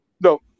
No